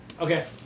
Okay